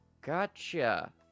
Gotcha